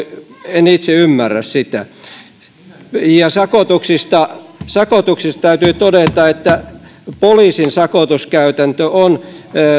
en itse ymmärrä sitä sakotuksista sakotuksista täytyy todeta että poliisin sakotuskäytäntö on